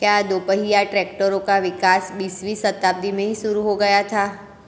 क्या दोपहिया ट्रैक्टरों का विकास बीसवीं शताब्दी में ही शुरु हो गया था?